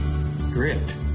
grit